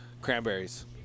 Cranberries